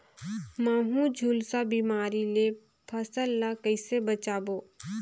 महू, झुलसा बिमारी ले फसल ल कइसे बचाबो?